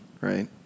right